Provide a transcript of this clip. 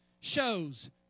shows